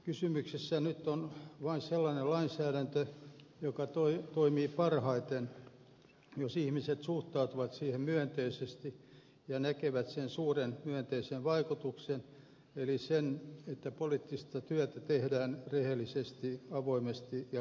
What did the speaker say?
kysymyksessä nyt on vain sellainen lainsäädäntö joka toimii parhaiten jos ihmiset suhtautuvat siihen myönteisesti ja näkevät sen suuren myönteisen vaikutuksen eli sen että poliittista työtä tehdään rehellisesti avoimesti ja luotettavasti